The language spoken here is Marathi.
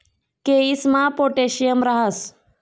केयीसमा पोटॅशियम राहस